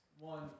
One